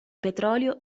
petrolio